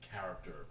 character